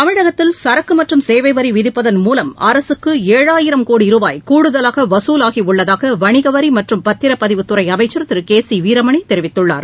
தமிழகத்தில் சரக்கு மற்றும் சேவை வரி விதிப்பின் மூலம் அரசுக்கு ஏழாயிரம் கோடி ரூபாய் கூடுதலாக வசூலாகியுள்ளதாக வணிக வரி மற்றும் பத்திரப்பதிவுத் துறை அமைச்சர் திரு கே சி வீரமணி தெரிவித்துள்ளார்